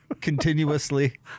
continuously